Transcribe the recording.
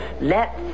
let